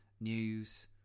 news